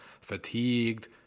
fatigued